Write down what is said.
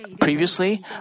Previously